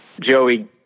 Joey